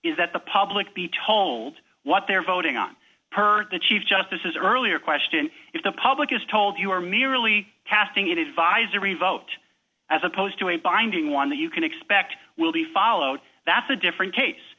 is that the public be told what they're voting on heard the chief justices earlier question if the public is told you are merely casting it advisory vote as opposed to a binding one that you can expect will be followed that's a different case